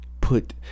put